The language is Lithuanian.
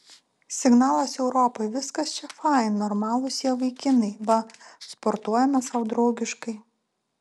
signalas europai viskas čia fain normalūs jie vaikinai va sportuojame sau draugiškai